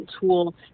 tool